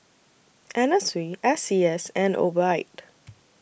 Anna Sui S C S and Obike